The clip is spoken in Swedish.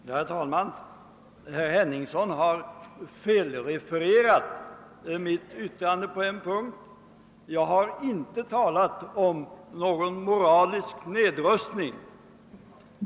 Herr talman! Herr Henningsson har refererat mitt yttrande felaktigt på en punkt. Jag har inte talat om någon moralisk nedrustning.